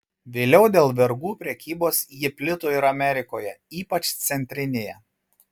vėliau dėl vergų prekybos ji plito ir amerikoje ypač centrinėje